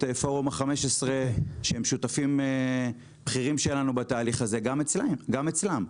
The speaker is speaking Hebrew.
פורום ה-15 שהם שותפים בכירים שלנו בתהליך הזה גם אצלם.